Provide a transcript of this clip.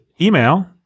email